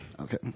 Okay